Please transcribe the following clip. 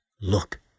look